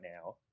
now